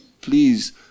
please